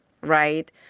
right